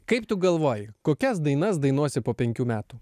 kaip tu galvoji kokias dainas dainuosi po penkių metų